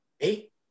Eight